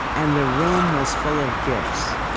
and the room was full of gifts.